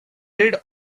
read